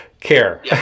care